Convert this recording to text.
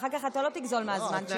אחר כך אתה לא תגזול מהזמן שלי.